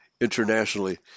internationally